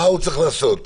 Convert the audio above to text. מה הוא צריך לעשות?